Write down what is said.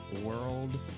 world